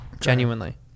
genuinely